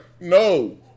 no